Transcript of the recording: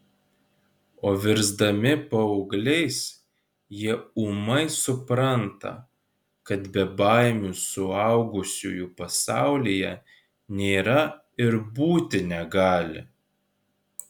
o virsdami paaugliais jie ūmai supranta kad bebaimių suaugusiųjų pasaulyje nėra ir būti negali